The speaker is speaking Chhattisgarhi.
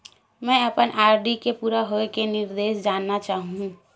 मैं अपन आर.डी के पूरा होये के निर्देश जानना चाहहु